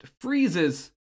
freezes